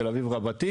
תל אביב רבתי,